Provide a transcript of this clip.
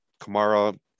kamara